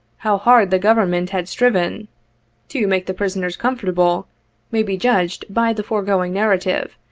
how hard the g-overnment had striven to make the prisoners comfortable may be judged by the foregoing narrative,